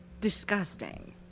disgusting